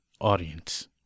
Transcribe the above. audience